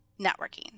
Networking